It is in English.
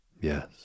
Yes